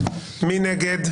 מי נגד?